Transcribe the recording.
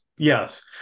Yes